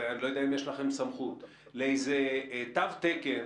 ואני לא יודע אם יש לכם סמכות לאיזה תו תקן